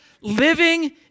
living